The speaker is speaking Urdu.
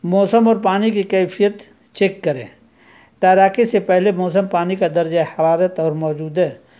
موسم اور پانی کی کیفیت چیک کریں تیراکی سے پہلے موسم پانی کا درجہ حرارت اور موجودہ